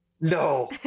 no